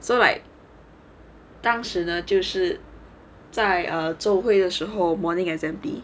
so like 当时呢就是在 err ~的时候 morning assembly